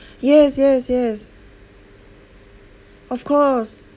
yes yes yes of course